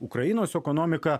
ukrainos ekonomika